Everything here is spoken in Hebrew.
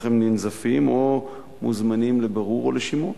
הם ננזפים או מוזמנים לבירור או לשימוע.